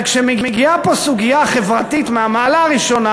וכשמגיעה פה סוגיה חברתית מהמעלה הראשונה,